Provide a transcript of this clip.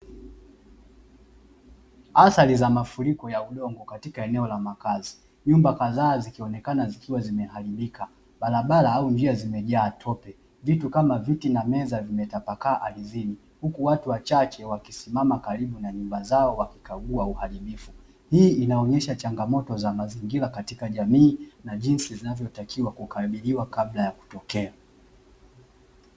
Athari za mafuriko ya udongo katika eneo la makazi, nyumba kazaa zikionekana zikiwa zimeharibika, barabara au njia zimejaa tope, vitu kama viti na meza zimetapakaa ardhini huku watu wachache wakisimama karibu na nyumba zao wakikagua uharibifu, hii inaonyesha changamotop za mazingira katika jamii na jinsi zinavyoweza kutatuliwa kabla ya kutokea.